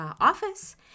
office